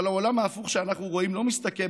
אבל העולם ההפוך שאנחנו רואים לא מסתכם